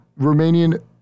Romanian